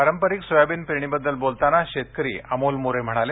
पारंपरिक सोयाबीन पेरणीबद्दल बोलताना शेतकरी अमोल मोरे म्हणाले